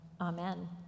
Amen